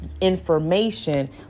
information